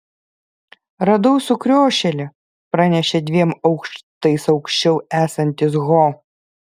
radau sukriošėlį pranešė dviem aukštais aukščiau esantis ho